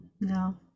No